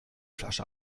flasche